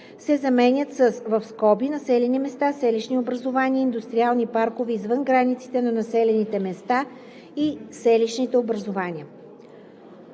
се заменят с „(населени места, селищни образувания и индустриални паркове извън границите на населените места и селищните образувания)“.